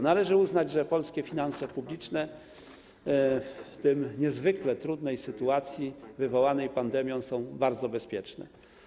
Należy uznać, że polskie finanse publiczne w tej niezwykle trudnej sytuacji wywołanej pandemią są bardzo bezpieczne.